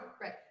Right